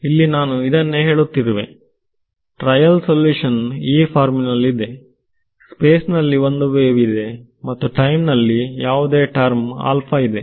ಇಲ್ಲಿ ನಾನು ಇದನ್ನೇ ಹೇಳುತ್ತಿರುವೆ ಟ್ರೈಲ್ ಸಲ್ಯೂಷನ್ ಈ ಫಾರ್ಮಿನಲ್ಲಿ ಇದೆ ಸ್ಪೇಸ್ ನಲ್ಲಿ ಒಂದು ವೇವ್ ಇದೆ ಮತ್ತು ಟೈಮ್ ನಲ್ಲಿ ಯಾವುದೋ ಟರ್ಮ್ ಆಲ್ಫಾ ಇದೆ